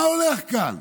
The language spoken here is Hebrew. מה הולך כאן?